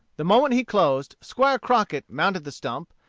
the moment he closed, squire crockett mounted the stump,